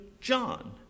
John